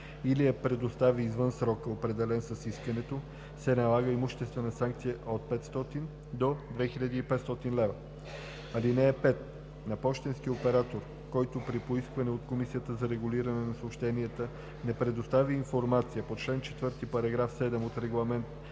или я предостави извън срока, определен с искането, се налага имуществена санкция от 500 до 2500 лв. (5) На пощенски оператор, който при поискване от Комисията за регулиране на съобщенията не предостави информация по чл. 4, параграф 7 от Регламент